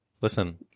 listen